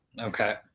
Okay